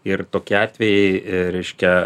ir tokie atvejai reiškia